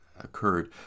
occurred